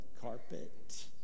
carpet